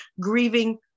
grieving